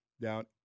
down